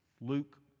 Luke